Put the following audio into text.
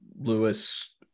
Lewis